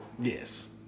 Yes